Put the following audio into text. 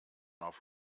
auf